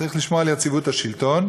צריך לשמור על יציבות השלטון,